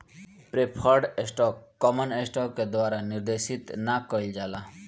preferred stock common stock के द्वारा निर्देशित ना कइल जाला